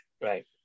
Right